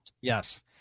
Yes